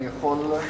אני יכול אולי?